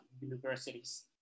universities